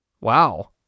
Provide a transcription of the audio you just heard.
Wow